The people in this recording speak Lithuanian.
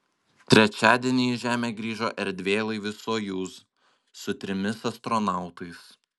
trečiadienį į žemę grįžo erdvėlaivis sojuz su trimis astronautais